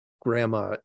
grandma